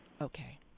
Okay